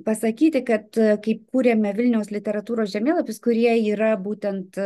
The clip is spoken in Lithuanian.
pasakyti kad kai kūrėme vilniaus literatūros žemėlapius kurie yra būtent